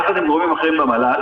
יחד עם גורמים אחרים במל"ל.